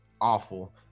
awful